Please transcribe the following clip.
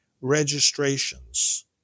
registrations